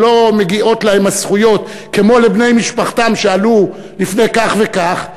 שלא מגיעות להם הזכויות כמו לבני משפחתם שעלו לפני כך וכך,